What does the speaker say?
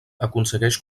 aconsegueix